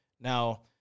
Now